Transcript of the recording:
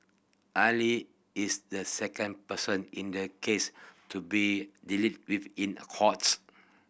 Ali is the second person in the case to be dealt with in court